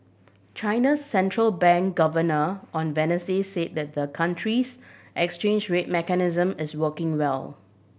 China's central bank governor on Wednesday said the the country's exchange rate mechanism is working well